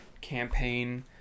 campaign